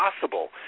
possible